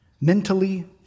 mentally